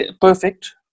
perfect